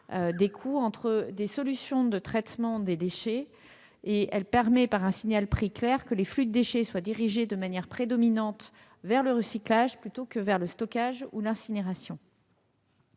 des coûts entre les solutions de traitement des déchets. Elle permet aussi, par un signal prix clair, que les flux de déchets soient dirigés de manière prédominante vers le recyclage, plutôt que vers le stockage ou l'incinération.